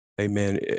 amen